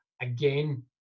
again